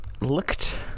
looked